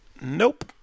Nope